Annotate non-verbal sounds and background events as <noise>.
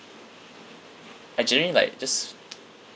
I generally like just <noise>